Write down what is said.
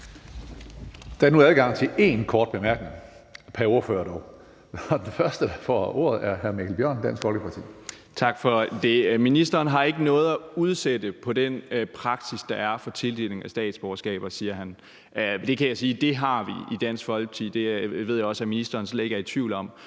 Der er nu adgang til én kort bemærkning, dog pr. ordfører. Og den første, der får ordet, er hr. Mikkel Bjørn, Dansk Folkeparti. Kl. 12:12 Mikkel Bjørn (DF): Tak for det. Ministeren har ikke noget at udsætte på den praksis, der er for tildeling af statsborgerskaber, siger han. Men jeg kan sige, at det har vi i Dansk Folkeparti. Det ved jeg også at ministeren slet ikke er i tvivl om.